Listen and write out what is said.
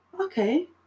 Okay